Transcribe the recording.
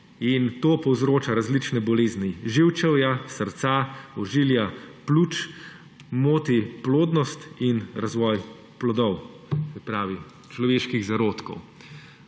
in to povzroča različne bolezni živčevja, srca, ožilja, pljuč, moti plodnost in razvoj plodov, se pravi človeških zarodkov.